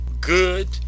good